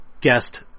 guest